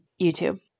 YouTube